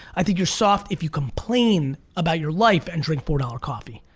i think you're soft if you complain about your life and drink four dollars coffee.